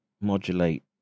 modulate